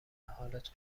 حالت